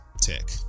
tech